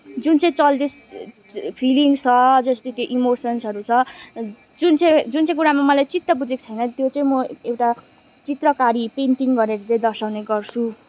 जुन चाहिँ चल्दैछ फिलिङ्स छ जस्तै त्यो इमोसन्सहरू छ जुन चाहिँ जुन चाहिँ कुरामा मलाई चित्त बुझेको छैन त्यो चाहिँ म एउटा चित्रकारी पेन्टिङ गरेर चाहिँ दर्शाउने गर्छु